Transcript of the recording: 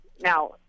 Now